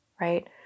right